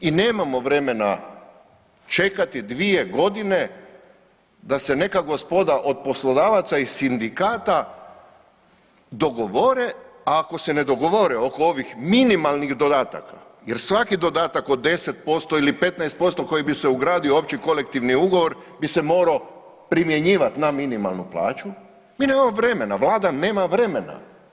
I nemamo vremena čekati 2 godine da se neka gospoda od poslodavaca i sindikata dogovore, a ako se ne dogovore oko ovih minimalnih dodataka jer svaki dodatak od 10% ili 15% koji bi se ugradio u opći kolektivni ugovor bi se morao primjenivati na minimalnu plaću, mi nemamo vremena, Vlada nema vremena.